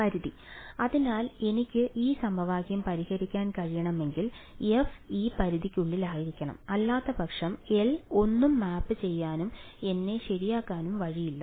പരിധി അതിനാൽ എനിക്ക് ഈ സമവാക്യം പരിഹരിക്കാൻ കഴിയണമെങ്കിൽ f ഈ പരിധിക്കുള്ളിലായിരിക്കണം അല്ലാത്തപക്ഷം L ഒന്നും മാപ്പ് ചെയ്യാനും എന്നെ ശരിയാക്കാനും വഴിയില്ല